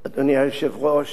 אדוני היושב-ראש,